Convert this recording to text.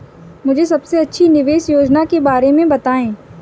मुझे सबसे अच्छी निवेश योजना के बारे में बताएँ?